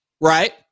right